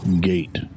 gate